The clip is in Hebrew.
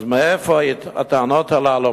אז מאיפה הטענות הללו?